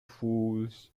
fools